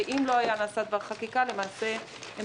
ואם לא היה נעשה דבר חקיקה למעשה הם